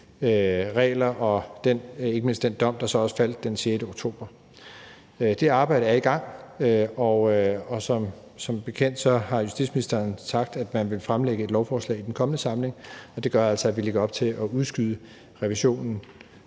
regler og ikke mindst også den dom, der faldt den 6. oktober. Det arbejde er i gang, og som bekendt har justitsministeren sagt, at man vil fremsætte et lovforslag i den kommende samling, og det gør altså, at vi lægger op til at udskyde revisionen